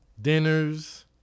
dinners